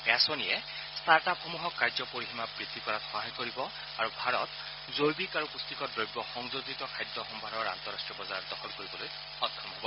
এই আঁচনিয়ে ষ্টাৰ্টসমূহক কাৰ্য পৰিসীমা বৃদ্ধি কৰাত সহায় কৰিব আৰু ভাৰত জৈৱিক আৰু পুষ্টিকৰ দ্ৰব্য সংযোজিত খাদ্য সম্ভাৰৰ আন্তঃৰাষ্ট্ৰীয় বজাৰ দখল কৰিবলৈ সক্ষম হ'ব